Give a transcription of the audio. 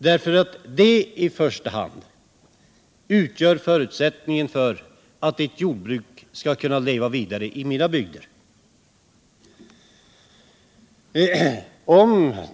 Det är i första hand detta som utgör en förutsättning för att jordbruket skall kunna leva vidare i mina bygder.